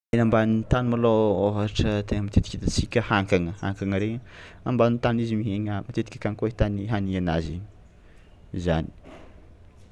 Aigna ambani'ny tany malôha ôhatra tegna matetiky hitantsika hankagna hankagna regny ambany tany izy miaigna matetiky akagny koa ahitany hanigny anazy, zany.